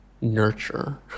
nurture